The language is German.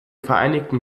vereinigten